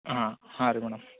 ಹಾಂ ಹಾಂ ರೀ ಮೇಡಮ್